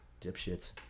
dipshits